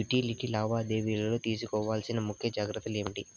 Utility లావాదేవీల లో తీసుకోవాల్సిన ముఖ్య జాగ్రత్తలు ఏమేమి?